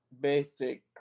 basic